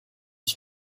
ich